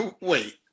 Wait